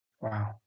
Wow